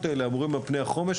שייבנו על פני חומש,